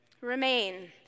Remain